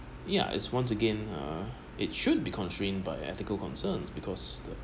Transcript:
ya is once again uh it should be constrained by ethical concerns because the